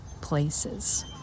places